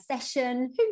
session